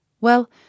Well—